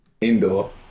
Indoor